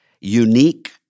unique